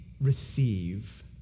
Receive